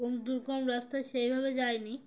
কোন দুর্গম রাস্তায় সেইভাবে যায়নি